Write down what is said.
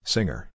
Singer